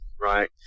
right